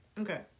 Okay